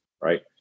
right